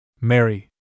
mary